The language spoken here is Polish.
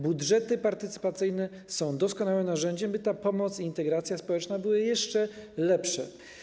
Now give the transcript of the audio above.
Budżety partycypacyjne są doskonałym narzędziem, by ta pomoc i integracja społeczna były jeszcze lepsze.